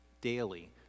daily